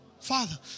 father